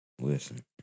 Listen